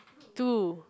two